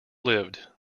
lived